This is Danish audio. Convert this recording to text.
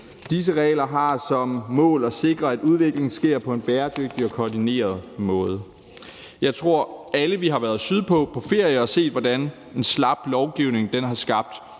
Disse regler har som mål at sikre, at udviklingen sker på en bæredygtig og koordineret måde. Jeg tror, at vi alle har været på ferie sydpå og set, hvordan en slap lovgivning har skabt